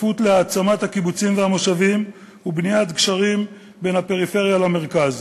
שותפות להעצמת הקיבוצים והמושבים ובניית גשרים בין הפריפריה למרכז.